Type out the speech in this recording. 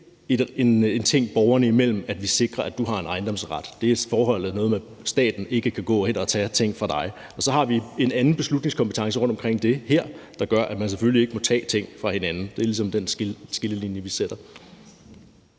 en ting borgerne imellem, at vi sikrer, at du har en ejendomsret. Det forhold er noget med, at staten ikke kan gå hen og tage ting fra dig. Så har vi en anden beslutningskompetence her rundt omkring det, der gør, at man selvfølgelig ikke må tage ting fra hinanden. Det er ligesom den skillelinje, vi sætter.